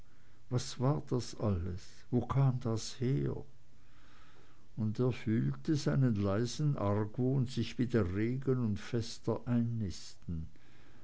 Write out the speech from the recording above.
was war das alles wo kam das her und er fühlte seinen leisen argwohn sich wieder regen und fester einnisten